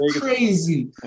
crazy